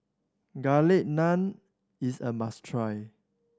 Garlic Naan is a must try